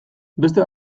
beste